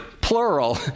plural